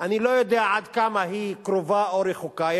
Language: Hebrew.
אני לא יודע עד כמה היא קרובה או רחוקה,